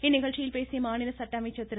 இந்நிகழ்ச்சியில் பேசிய மாநில சட்ட அமைச்சர் திரு